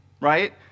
Right